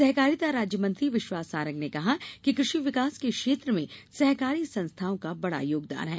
सहकारिता राज्यमंत्री विश्वास सारंग ने कहा कि कृषि विकास के क्षेत्र में सहकारी संस्थाओं का बड़ा योगदान है